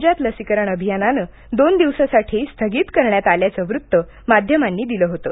राज्यात लसीकरण अभियानं दोन दिवसांसाठी स्थगित करण्यात आल्याचं वृत्त माध्यमांनी दिलं होतं